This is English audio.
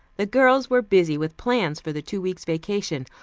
the girls were busy with plans for the two weeks' vacation,